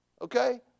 Okay